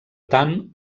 tant